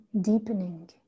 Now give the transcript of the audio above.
deepening